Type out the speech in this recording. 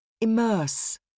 Immerse